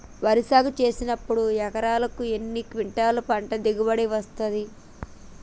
వరి సాగు చేసినప్పుడు ఎకరాకు ఎన్ని క్వింటాలు పంట దిగుబడి వస్తది?